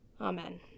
Amen